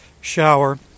shower